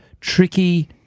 tricky